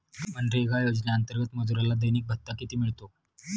मनरेगा योजनेअंतर्गत मजुराला दैनिक भत्ता किती मिळतो?